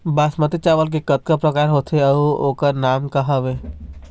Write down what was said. बासमती चावल के कतना प्रकार होथे अउ ओकर नाम क हवे?